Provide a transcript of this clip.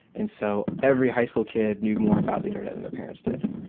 and so every high school kid knew more about the internet than their parents did,